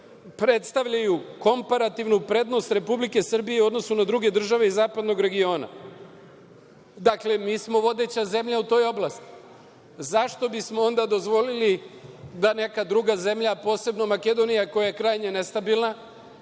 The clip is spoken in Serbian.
predstavljaju komparativnu prednost Republike Srbije u odnosu na druge države zapadnog regiona, dakle, mi smo vodeća zemlja u toj oblasti, zašto bismo onda dozvolili da neka druga država, posebno Makedonija koja je krajnje nestabilna